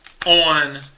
On